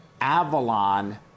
Avalon